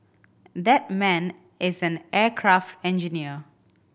that man is an aircraft engineer